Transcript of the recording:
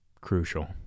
crucial